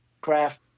craft